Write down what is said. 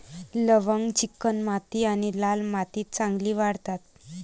लवंग चिकणमाती आणि लाल मातीत चांगली वाढतात